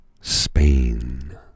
Spain